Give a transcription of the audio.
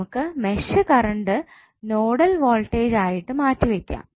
നമുക്ക് mesh current nodal voltage ആയിട്ടു മാറ്റിവയ്ക്കാം